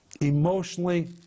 emotionally